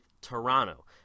Toronto